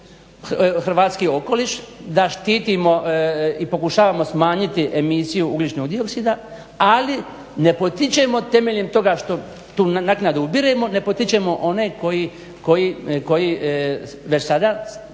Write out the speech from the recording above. hrvatski okoliš da štitimo i pokušavamo smanjiti emisiju ugljičnog dioksida ali ne potičemo temeljem toga što tu naknadu ubiremo ne potičemo one koji već sada u dovoljnoj